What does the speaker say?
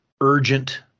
urgent